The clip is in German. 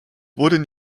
wurden